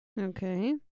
Okay